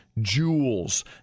Jewels